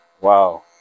Wow